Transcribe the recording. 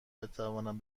بتوانم